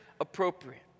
appropriate